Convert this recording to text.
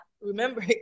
remember